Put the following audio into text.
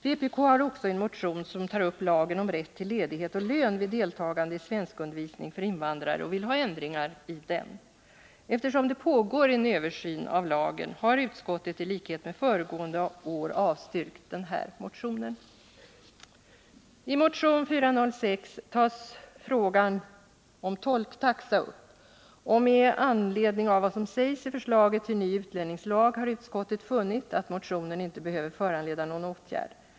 Vpk har också en motion som tar upp lagen om rätt till ledighet och lön vid deltagande i svenskundervisning för invandrare och vill ha ändringar i den. I Eftersom det pågår en översyn av lagen har utskottet, liksom förra året, avstyrkt motionen. I motion nr 406 tas frågan om tolktaxa upp, och med anledning av vad som sägs i förslaget till ny utlänningslag har utskottet funnit att motionen inte behöver föranleda någon åtgärd.